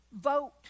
Vote